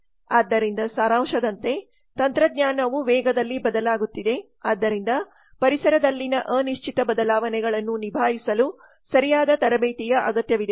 ಆದ್ದರಿಂದ ಸಾರಾಂಶದಂತೆ ತಂತ್ರಜ್ಞಾನವು ವೇಗದಲ್ಲಿ ಬದಲಾಗುತ್ತಿದೆ ಆದ್ದರಿಂದ ಪರಿಸರದಲ್ಲಿನ ಅನಿಶ್ಚಿತ ಬದಲಾವಣೆಗಳನ್ನು ನಿಭಾಯಿಸಲು ಸರಿಯಾದ ತರಬೇತಿಯ ಅಗತ್ಯವಿದೆ